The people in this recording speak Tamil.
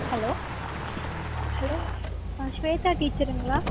ஹலோ ஹலோ ஆ ஸ்வேதா டீச்சருங்களா